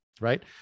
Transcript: Right